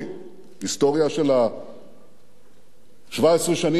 היסטוריה של 17 השנים האחרונות,